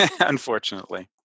unfortunately